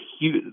huge –